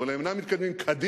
אבל הם אינם מתקדמים קדימה,